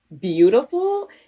beautiful